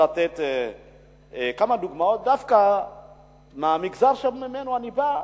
אני רוצה לתת כמה דוגמאות דווקא מהמגזר שממנו אני בא.